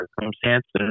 circumstances